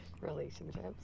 relationships